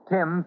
Tim